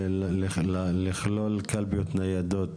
של לכלול קלפיות ניידות,